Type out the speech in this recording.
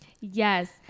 yes